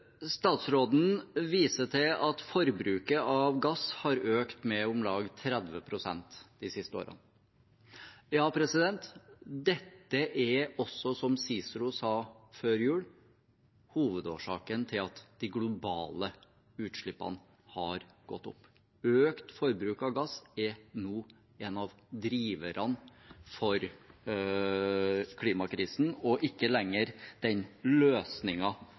Statsråden viser til at forbruket av gass har økt med om lag 30 pst. de siste årene. Ja, dette er også, som CICERO sa før jul, hovedårsaken til at de globale utslippene har gått opp. Økt forbruk av gass er nå en av driverne for klimakrisen og ikke lenger den